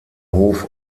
hof